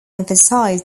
emphasise